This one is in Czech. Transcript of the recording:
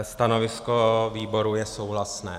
Stanovisko výboru je souhlasné.